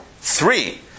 Three